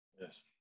Yes